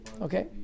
Okay